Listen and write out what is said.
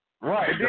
Right